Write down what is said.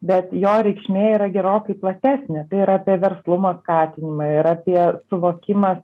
bet jo reikšmė yra gerokai platesnė tai yra apie verslumo skatinimą ir apie suvokimą